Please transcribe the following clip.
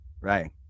right